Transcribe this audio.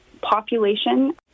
population